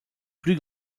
plus